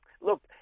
look